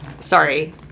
Sorry